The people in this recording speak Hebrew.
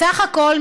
בסך הכול,